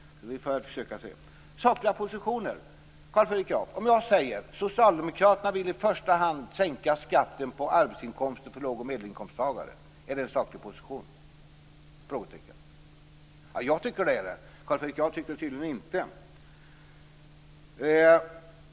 Sakliga positioner: Om jag säger att socialdemokraterna i första hand vill sänka skatten på arbetsinkomsten för låg och medelinkomsttagare, är det en saklig position? Jag tycker det. Carl Fredrik Graf tycker tydligen inte det.